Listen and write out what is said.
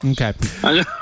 okay